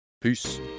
Peace